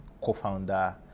co-founder